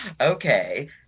Okay